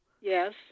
Yes